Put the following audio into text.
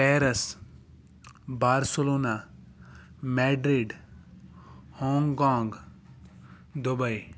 Paris Barcelona Madrid Hong Kong Dubai